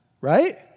right